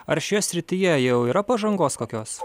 ar šioje srityje jau yra pažangos kokios